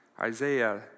Isaiah